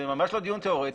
זה ממש לא דיון תיאורטי.